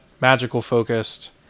magical-focused